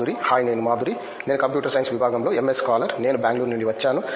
Madhuri hi నేను మాధురి నేను computer science విభాగంలో ఎంఎస్ స్కాలర్ నేను బెంగళూరు నుండి వచ్చాను